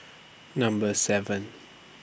Number seven